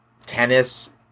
tennis